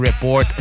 Report